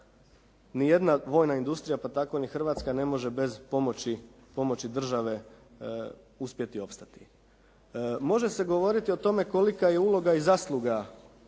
nijedna vojna industrija, pa tako ni Hrvatska ne može bez pomoći države uspjeti opstati. Može se govoriti o tome kolika je uloga i zasluga bilo